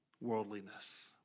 worldliness